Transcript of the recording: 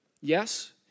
Yes